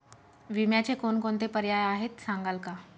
विम्याचे कोणकोणते पर्याय आहेत सांगाल का?